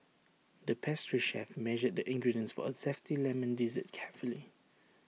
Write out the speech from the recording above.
the pastry chef measured the ingredients for A Zesty Lemon Dessert carefully